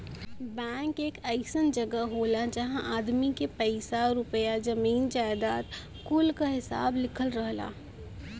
bank एक अइसन जगह होला जहां आदमी के पइसा रुपइया, जमीन जायजाद कुल क हिसाब लिखल रहला